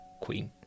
queen